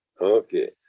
Okay